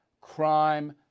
crime